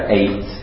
eight